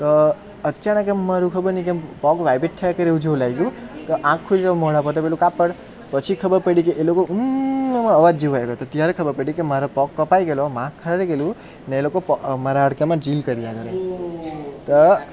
તો અચાનક એમ મારું ખબર નહીં કેમ પગ વાઇબ્રેટ થયા કરે જેવુ લાગ્યું તો આંખ ખૂલી તો મોઢા પર તો પેલું કાપડ પછી ખબર પડી કે એ લોકો ઉમમમ અવાજ જેવું આવ્યું તો ત્યારે ખબર પડી કે મારો પગ કપાઈ ગયેલો એમાં ને એ લોકો મારા હાડકાંમાં ડ્રીલ કરી રહ્યાં હતાં તો